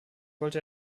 wollte